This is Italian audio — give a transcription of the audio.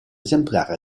esemplare